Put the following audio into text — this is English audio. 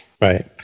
Right